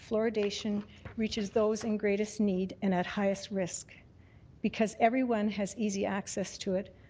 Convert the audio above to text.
fluoridation reaches those in greatest need and at highest risk because everyone has easy access to it,